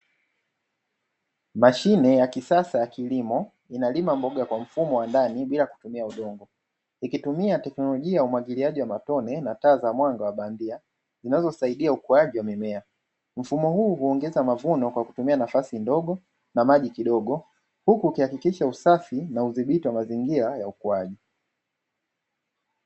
Mashine ya kisasa ya kilimo inalima mboga kwa mfumo wa ndani bila kutumia udongo, ikitumia teknolojia ya umwagiliaji wa matone na taa za mwanga wa bandia zinazosaidia ukuaji wa mime, mfumo huu huongeza mavuno kwa kutumia nafasi ndogo na maji kidogo, huku ukihakikisha usafi na udhibiti wa mazingira ya ukuaji.